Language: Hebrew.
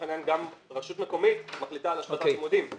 העניין גם רשות מקומית מחליטה על השבתת לימודים.,